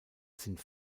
sind